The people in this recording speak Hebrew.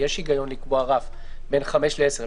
ויש היגיון לקבוע רף בין 5,000 ל-10,000,